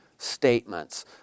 statements